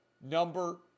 number